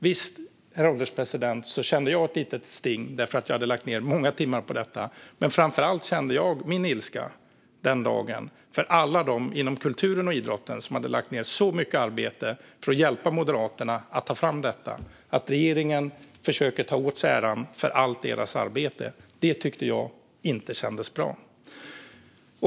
Visst, herr ålderspresident, kände jag ett litet sting därför att jag hade lagt ned många timmar på detta, men framför allt kände jag min ilska den dagen för alla dem inom kulturen och idrotten som hade lagt ned så mycket arbete för att hjälpa Moderaterna att ta fram detta. Att regeringen försökte ta åt sig äran för allt deras arbete tyckte jag inte kändes bra.